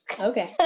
Okay